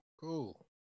cool